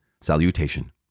Salutation